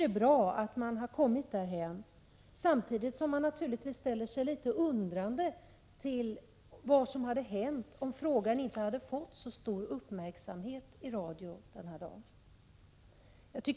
Det är bra att vi har kommit därhän, samtidigt som man naturligtvis ställer sig litet undrande till vad som hade hänt om frågan inte hade fått så stor uppmärksamhet i radion denna dag.